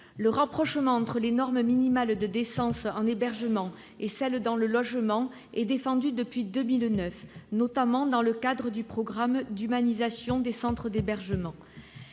Le rapprochement entre les normes minimales de décence en hébergement et celles qui dont en vigueur dans le logement est défendu depuis 2009, notamment dans le cadre du programme d'humanisation des centres d'hébergement.